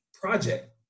project